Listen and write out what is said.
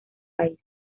país